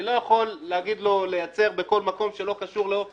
אני לא יכול להגיד לו לייצר בכל מקום שלא קשור לאותו